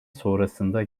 sonrasında